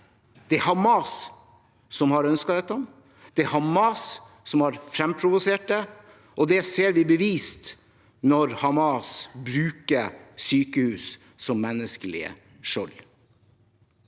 Det er Hamas som har ønsket dette, det er Hamas som har fremprovosert det. Det ser vi bevist når Hamas bruker folk på sykehus som menneskelige skjold.